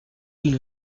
ils